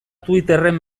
twitterren